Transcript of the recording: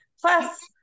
plus